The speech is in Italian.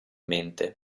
mente